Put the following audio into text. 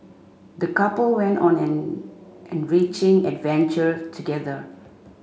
the couple went on an enriching adventure together